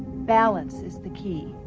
balance is the key.